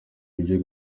ibyo